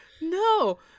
No